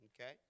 Okay